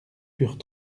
purent